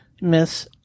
Miss